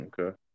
Okay